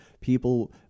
people